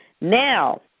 Now